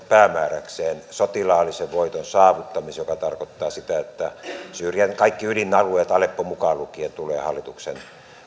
päämääräkseen sotilaallisen voiton saavuttamisen joka tarkoittaa sitä että kaikki ydinalueet aleppo mukaan lukien tulevat hallituksen